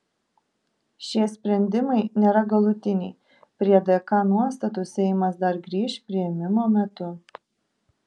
šie sprendimai nėra galutiniai prie dk nuostatų seimas dar grįš priėmimo metu